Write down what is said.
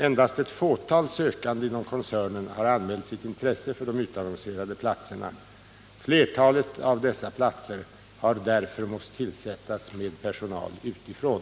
Endast ett fåtal sökande inom koncernen har anmält sitt intresse för de utannonserade platserna. Flertalet av dessa platser har därför måst tillsättas med personal utifrån.